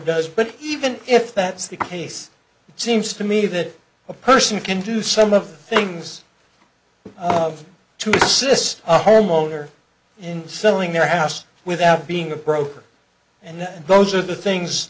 does but even if that's the case it seems to me that a person can do some of the things to assist a homeowner in selling their house without being a broker and those are the